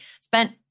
spent